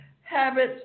habits